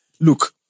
look